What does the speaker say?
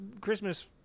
Christmas